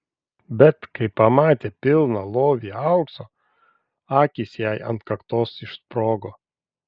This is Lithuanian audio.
bet kai pamatė pilną lovį aukso akys jai ant kaktos išsprogo